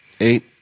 Eight